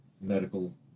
medical